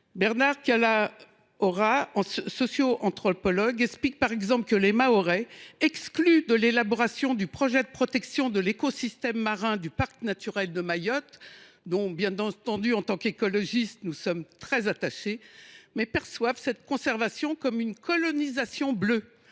Bernard Kalaora, socioanthropologue, explique de son côté que les Mahorais, exclus de l’élaboration du projet de protection de l’écosystème marin du parc naturel de Mayotte – en tant qu’écologistes, nous sommes très attachés à ce parc –, perçoivent cette conservation comme une « colonisation bleue